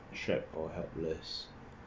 trapped or helpless